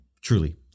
Truly